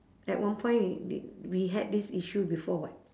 at one point thi~ we had this issue before [what]